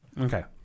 okay